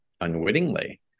unwittingly